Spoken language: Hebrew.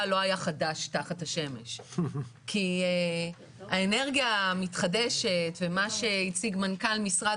לא היה חדש תחת השמש כי האנרגיה המתחדשת ומה שהציג מנכ"ל משרד